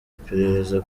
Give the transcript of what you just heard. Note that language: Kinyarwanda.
iperereza